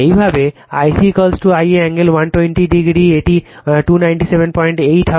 একইভাবে Ic Ia angle 120o এটি 2978 হবে